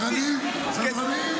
סדרנים, סדרנים.